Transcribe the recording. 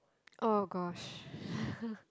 oh gosh